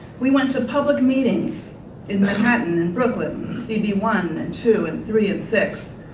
we went to public meeting in manhattan and brooklyn, cb one and two and three and six.